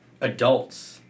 adults